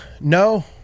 no